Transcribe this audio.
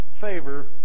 favor